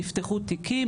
נפתחו תיקים,